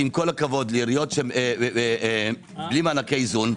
שעם כל הכבוד לעיריות בלי מענקי איזון,